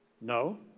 No